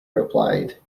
replied